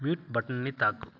mute బటన్ని తాకు